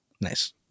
Nice